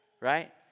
right